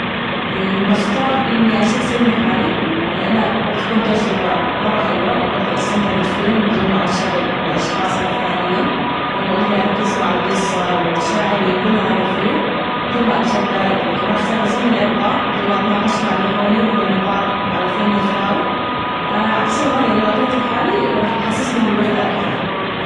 بختار إني أشوف فيلم لحالي لأنها بتكون تجربة مرة حلوة، وبجدر أستمتع بالفيلم بدون ما أنشغل بالأشخاص الثانيين، وأجدر أركز مع القصة والمشاعر اللي ينقلها هذا الفيلم بدون ما أتشتت، وكمان بختار الفيلم اللي أبغاه بدون ما أتناقش مع اللي حولي ونقعد نتضارب على الفيلم ال نختاره عكس الغداء اللي لو أكلته الحالي راح يحسسني بالوحدة أكثر.